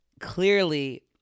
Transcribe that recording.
clearly